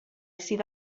sydd